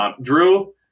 Drew